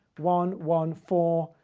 one one four,